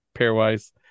Pairwise